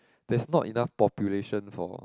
there's not enough population for